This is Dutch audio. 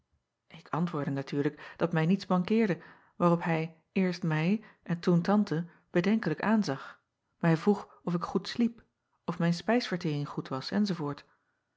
k antwoordde natuurlijk dat mij niets mankeerde waarop hij eerst mij en toen ante bedenkelijk aanzag mij vroeg of ik goed sliep of mijn spijsvertering goed was